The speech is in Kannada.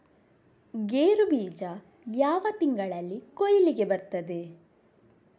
ಗೇರು ಬೀಜ ಯಾವ ತಿಂಗಳಲ್ಲಿ ಕೊಯ್ಲಿಗೆ ಬರ್ತದೆ?